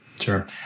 Sure